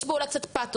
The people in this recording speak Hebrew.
יש בו אולי קצת פאתוס,